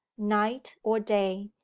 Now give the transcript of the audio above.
night or day,